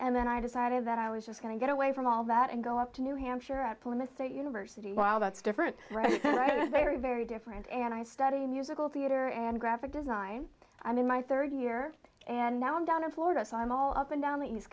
and then i decided that i was just going to get away from all that and go up to new hampshire at plymouth state university while that's different very very different and i study musical theater and graphic design i mean my third year and now i'm down in florida so i'm all up and down the east